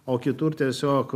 o kitur tiesiog